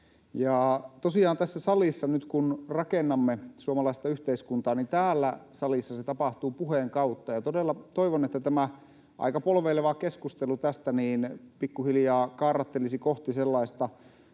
nyt kun tässä salissa rakennamme suomalaista yhteiskuntaa, niin täällä salissa se tapahtuu puheen kautta, ja todella toivon, että tämä aika polveileva keskustelu tästä pikkuhiljaa kaarrattelisi kohti sellaista